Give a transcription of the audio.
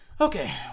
Okay